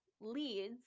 leads